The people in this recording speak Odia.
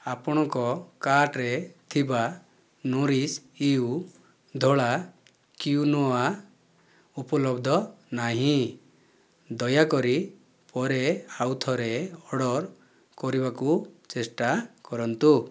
ଆପଣଙ୍କ କାର୍ଟରେ ଥିବା ନୋରିଶ୍ ୟୁ ଧଳା କ୍ୟୁନୋଆ ଉପଲବ୍ଧ ନାହିଁ ଦୟାକରି ପରେ ଆଉ ଥରେ ଅର୍ଡ଼ର୍ କରିବାକୁ ଚେଷ୍ଟା କରନ୍ତୁ